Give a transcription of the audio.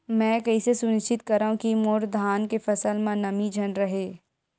मैं कइसे सुनिश्चित करव कि मोर धान के फसल म नमी झन रहे?